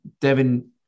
Devin